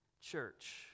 church